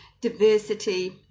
diversity